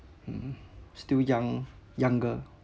mm still young younger